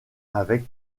avec